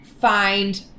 find